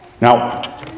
Now